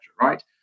right